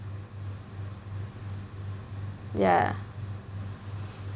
yeah